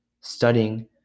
studying